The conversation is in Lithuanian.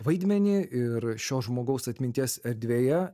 vaidmenį ir šio žmogaus atminties erdvėje